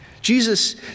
Jesus